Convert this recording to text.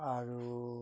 আৰু